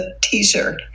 teaser